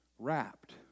Wrapped